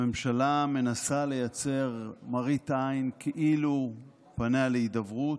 הממשלה מנסה לייצר מראית עין כאילו פניה להידברות,